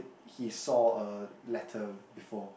he saw a letter before